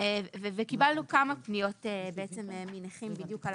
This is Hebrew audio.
קיבלנו כמה פניות מנכים בדיוק על